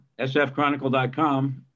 sfchronicle.com